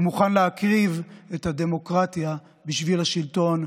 ומוכן להקריב את הדמוקרטיה בשביל השלטון,